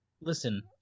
Listen